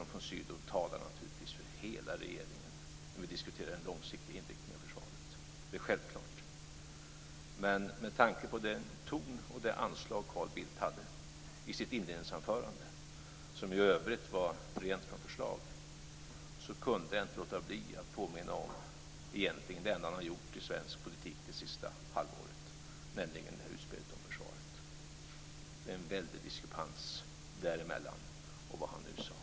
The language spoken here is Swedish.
Björn von Sydow talar naturligtvis för hela regeringen när vi diskuterar en långsiktig inriktning av försvaret. Det är självklart. Men med tanke på den ton och det anslag Carl Bildt hade i sitt inledningsanförande, som ju i övrigt var rent på förslag, kunde jag inte låta bli att erinra om det egentligen enda som han har gjort i svensk politik det senaste halvåret, nämligen hans utspel om försvaret. Det är en väldig diskrepans däremellan och vad han nu sade.